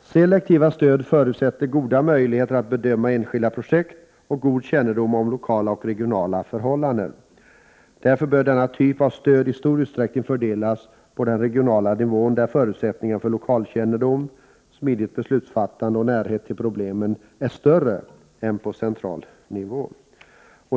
Selektiva stöd förutsätter goda möjligheter att bedöma enskilda projekt och god kännedom om lokala och regionala förhållanden. Därför bör denna typ av stöd i stor utsträckning fördelas på den regionala nivån, där förutsättningarna för lokalkännedom, smidigt beslutsfattande och närhet till problemen är större än på central nivå.